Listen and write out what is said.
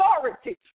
authority